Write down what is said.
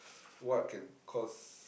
what can cause